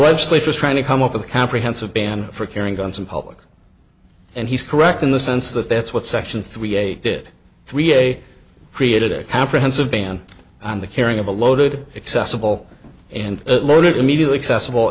legislature is trying to come up with a comprehensive ban for carrying guns in public and he's correct in the sense that that's what section three eight did three day created a comprehensive ban on the carrying of a loaded accessable and loaded immediately accessible